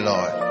Lord